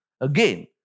Again